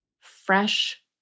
fresh